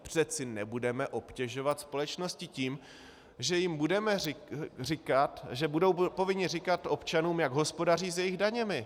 Přeci nebudeme obtěžovat společnosti tím, že jim budeme říkat, že budou povinny říkat občanům, jak hospodaří s jejich daněmi.